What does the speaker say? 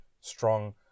strong